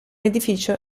edificio